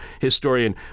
historian